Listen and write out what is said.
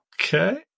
Okay